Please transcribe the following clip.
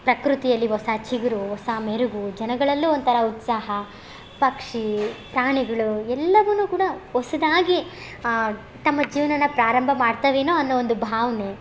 ಪ್ರಕೃತಿಯಲ್ಲಿ ಹೊಸಾ ಚಿಗುರು ಹೊಸಾ ಮೆರುಗು ಜನಗಳಲ್ಲೂ ಒಂಥರ ಉತ್ಸಾಹ ಪಕ್ಷಿ ಪ್ರಾಣಿಗಳು ಎಲ್ಲವನ್ನು ಕೂಡ ಹೊಸದಾಗಿ ತಮ್ಮ ಜೀವನಾನ ಪ್ರಾರಂಭ ಮಾಡ್ತಾವೇನೋ ಅನ್ನೋ ಒಂದು ಭಾವನೆ